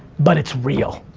but it's real.